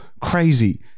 crazy